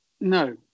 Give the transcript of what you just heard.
No